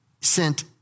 sent